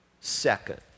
second